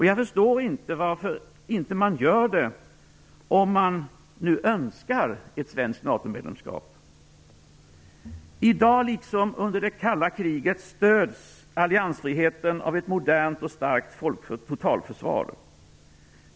Jag förstår inte varför man inte gör det om man nu önskar ett svenskt NATO-medlemskap. I dag liksom under det kalla kriget stöds alliansfriheten av ett modernt och starkt totalförsvar.